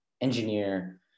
engineer